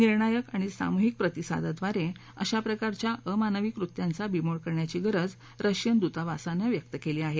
निर्णायक आणि सामूहिक प्रतिसादाद्वारे अशा प्रकारच्या अमानवी कृत्यांचा बीमोड करण्याची गरज रशियन दूतावासानं व्यक्त केली आहे